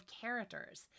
characters